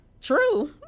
True